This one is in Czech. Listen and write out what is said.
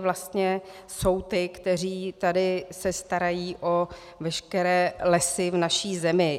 vlastně jsou ty, kteří tady se starají o veškeré lesy v naší zemi.